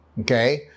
okay